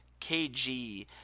KG